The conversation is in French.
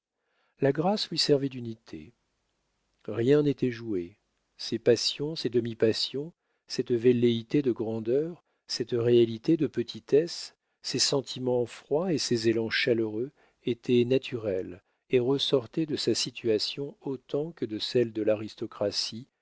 la grâce lui servait d'unité rien n'était joué ces passions ces demi passions cette velléité de grandeur cette réalité de petitesse ces sentiments froids et ces élans chaleureux étaient naturels et ressortaient de sa situation autant que de celle de l'aristocratie